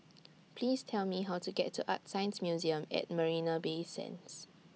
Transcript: Please Tell Me How to get to ArtScience Museum At Marina Bay Sands